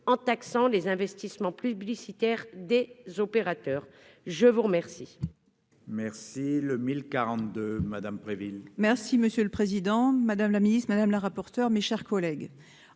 en taxant les investissements publicitaires des opérateurs. La parole